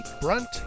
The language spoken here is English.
Brunt